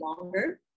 longer